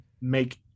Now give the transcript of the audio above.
make